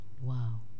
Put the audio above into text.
Wow